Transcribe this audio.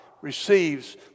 receives